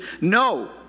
no